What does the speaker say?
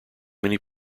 many